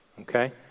Okay